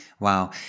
Wow